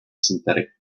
synthetic